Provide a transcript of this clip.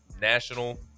national